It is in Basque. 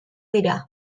dira